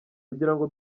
kugira